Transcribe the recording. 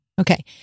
Okay